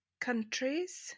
countries